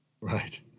Right